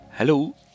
Hello